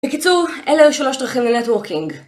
בקיצור, אלה השלוש דרכים לנטוורקינג.